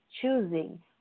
choosing